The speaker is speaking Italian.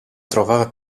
trovava